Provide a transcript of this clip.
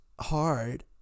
hard